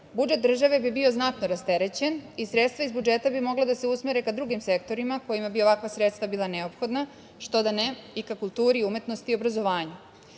budžet države bi bio znatno rasterećen i sredstva iz budžeta bi mogla da se usmere ka drugim sektorima kojima bi ovakva sredstva bila neophodna, što da ne, i ka kulturi, umetnosti i obrazovanju. Kao